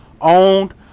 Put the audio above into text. owned